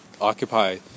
occupy